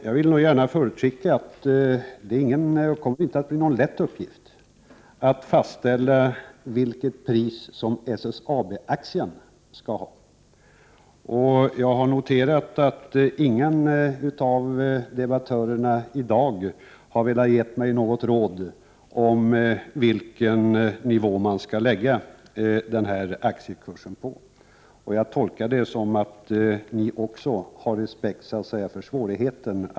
Jag vill gärna förutskicka att det inte kommer att bli någon lätt uppgift att fastställa vilket pris SSAB-aktien skall ha. Jag har noterat att ingen av debattörerna i dag har velat ge mig något råd om på vilken nivå man skall lägga den kursen. Jag tolkar detta som att ni också har respekt för svårigheten.